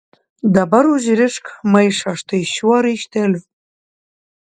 dabar užrišk maišą štai šiuo raišteliu